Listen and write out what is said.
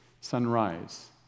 Sunrise